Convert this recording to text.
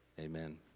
Amen